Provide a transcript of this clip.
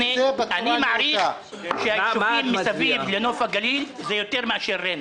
אני מעריך שהישובים מסביב לנוף הגליל זה יותר מאשר ריינה.